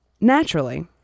Naturally